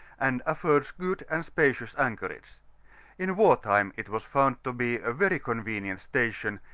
and afibrds ood and spacious anchorage in war time it was found to be a very convenient station,